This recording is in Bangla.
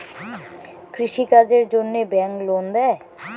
কৃষি কাজের জন্যে ব্যাংক লোন দেয়?